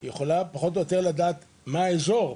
היא יכולה לדעת מה האזור.